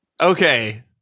Okay